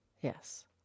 Yes